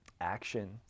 action